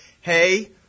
Hey